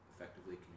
effectively